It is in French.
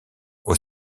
aux